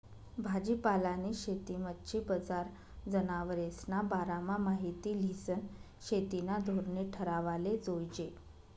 भाजीपालानी शेती, मच्छी बजार, जनावरेस्ना बारामा माहिती ल्हिसन शेतीना धोरणे ठरावाले जोयजे